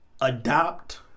adopt